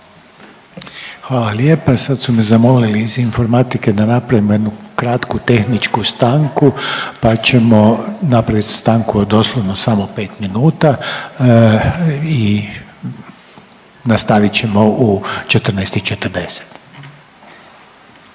Hvala lijepa. Sad su me zamolili iz informatike da napravimo jednu kratku tehničku stanku, pa ćemo napravit stanku od doslovno samo 5 minuta i nastavit ćemo u 14 i 40.